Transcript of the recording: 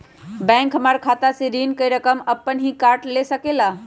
Bank हमार खाता से ऋण का रकम अपन हीं काट ले सकेला?